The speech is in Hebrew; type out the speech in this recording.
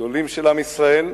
גדולים של עם ישראל,